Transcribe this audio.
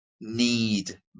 need